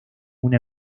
una